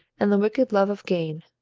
and the wicked love of gain.